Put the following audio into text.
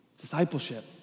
discipleship